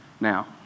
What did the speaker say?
Now